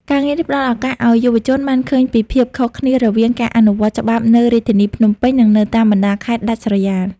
ការងារនេះផ្តល់ឱកាសឱ្យយុវជនបានឃើញពីភាពខុសគ្នារវាងការអនុវត្តច្បាប់នៅរាជធានីភ្នំពេញ និងនៅតាមបណ្តាខេត្តដាច់ស្រយាល។